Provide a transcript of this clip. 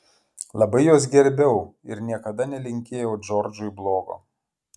labai juos gerbiau ir niekada nelinkėjau džordžui blogo